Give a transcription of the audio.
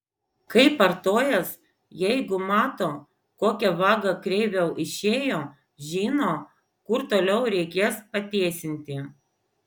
kaip artojas jeigu mato kokia vaga kreiviau išėjo žino kur toliau reikės patiesinti